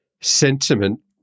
sentiment